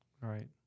Right